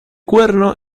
cuerno